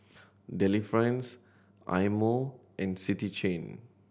Delifrance Eye Mo and City Chain